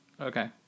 Okay